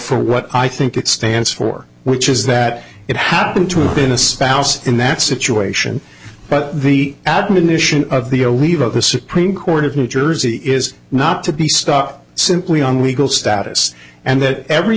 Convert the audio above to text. for what i think it stands for which is that it happened to have been a spouse in that situation but the admonition of the oliva the supreme court of new jersey is not to be stop simply on regal status and that every